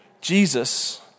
Jesus